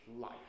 life